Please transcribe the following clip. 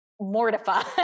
mortified